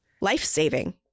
life-saving